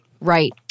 Right